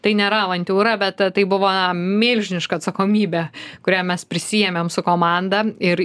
tai nėra avantiūra bet tai buvo milžiniška atsakomybė kurią mes prisiėmėm su komanda ir